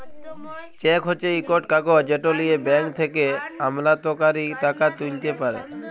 cheque হছে ইকট কাগজ যেট লিঁয়ে ব্যাংক থ্যাকে আমলাতকারী টাকা তুইলতে পারে